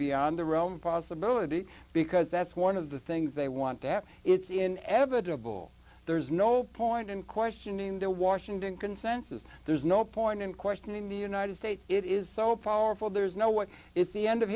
beyond the realm of possibility because that's one of the things they want that it's in evitable there's no point in questioning the washington consensus there's no point in questioning the united states it is so powerful there's no what it's the end of